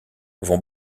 vont